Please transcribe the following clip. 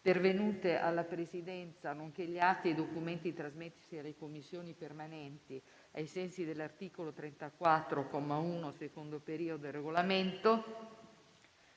pervenute alla Presidenza, nonché gli atti e i documenti trasmessi alle Commissioni permanenti ai sensi dell’articolo 34, comma 1, secondo periodo, del Regolamento